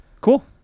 Cool